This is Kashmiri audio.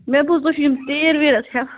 مےٚ بوٗز تُہۍ چھِو یِم تیٖر ویٖر